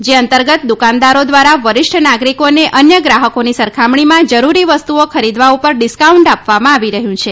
જે અંતર્ગત દુકાનદારો દ્વારા વરિષ્ઠ નાગરિકોને અન્ય ગ્રાહકોની સરખામણીમાં જરૂરી સ્તુઓ ખરીદવા ઉપર ડિસ્કાઉન્ટ આપવામાં આવી રહ્યું છે